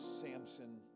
Samson